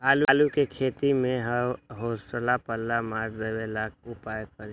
आलू के खेती में हमेसा पल्ला मार देवे ला का उपाय करी?